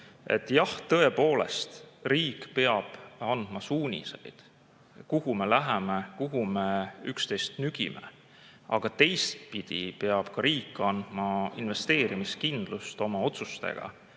Jah, tõepoolest, riik peab andma suuniseid, kuhu me läheme, kuhu me üksteist nügime. Aga teistpidi peab riik andma investeerimiskindlust oma otsustega